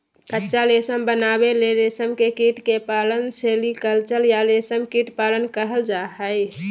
कच्चा रेशम बनावे ले रेशम के कीट के पालन सेरीकल्चर या रेशम कीट पालन कहल जा हई